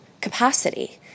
capacity